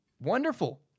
Wonderful